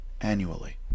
annually